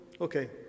Okay